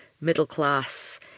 middle-class